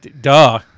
duh